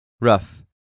rough